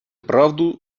правду